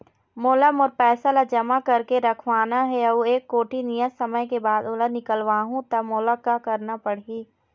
मोला मोर पैसा ला जमा करके रखवाना हे अऊ एक कोठी नियत समय के बाद ओला निकलवा हु ता मोला का करना पड़ही?